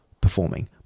performing